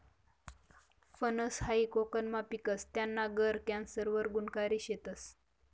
फनस हायी कोकनमा पिकस, त्याना गर कॅन्सर वर गुनकारी शेतस